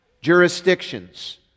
jurisdictions